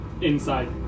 Inside